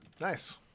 Nice